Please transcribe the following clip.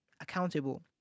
accountable